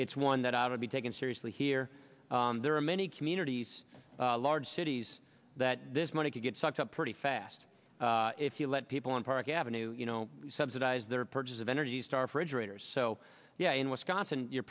it's one that i would be taken seriously here there are many communities large cities that this money could get sucked up pretty fast if you let people on park avenue you know subsidize their purchase of energy star fridge raters so yeah in wisconsin you're